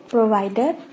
Provider